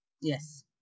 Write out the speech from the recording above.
Yes